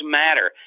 matter